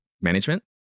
management